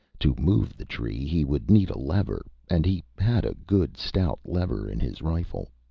to move the tree, he would need a lever and he had a good, stout lever in his rifle.